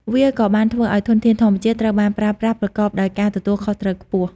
វាក៏បានធ្វើឲ្យធនធានធម្មជាតិត្រូវបានប្រើប្រាស់ប្រកបដោយការទទួលខុសត្រូវខ្ពស់។